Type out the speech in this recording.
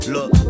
Look